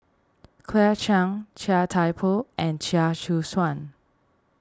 Claire Chiang Chia Thye Poh and Chia Choo Suan